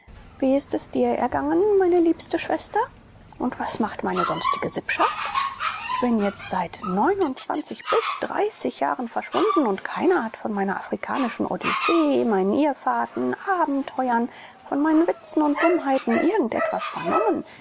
wie ist es dir ergangen meine liebste schwester und was macht meine sonstige sippschaft ich bin jetzt seit bis jahren verschwunden und keiner hat von meiner afrikanischen odyssee meinen irrfahrten abenteuern von meinen witzen und dummheiten irgend etwas vernommen